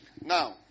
Now